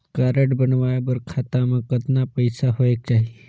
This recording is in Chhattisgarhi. कारड बनवाय बर खाता मे कतना पईसा होएक चाही?